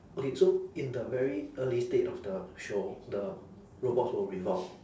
okay so in the very early state of the show the robots will revolt